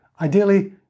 Ideally